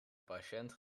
patiënt